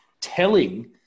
telling